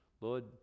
Lord